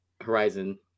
Horizon